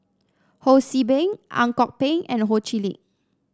Ho See Beng Ang Kok Peng and Ho Chee Lick